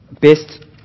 best